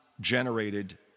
generated